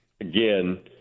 again